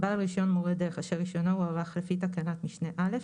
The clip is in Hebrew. בעל רישיון מורה דרך אשר רישיונו הוארך לפי תקנת משנה (א),